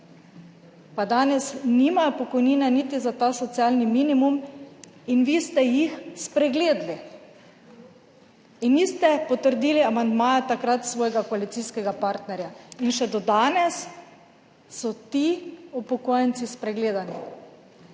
pa danes nimajo pokojnine niti za ta socialni minimum. Vi ste jih spregledali in niste takrat potrdili amandmaja svojega koalicijskega partnerja. In še do danes so ti upokojenci spregledani.